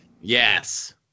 Yes